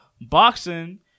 Boxing